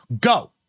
Go